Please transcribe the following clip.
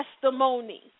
testimony